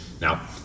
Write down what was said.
Now